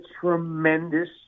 tremendous